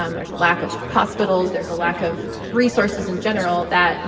um there's a lack of hospitals, there's a lack of resources in general that, you